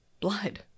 blood